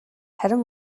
харин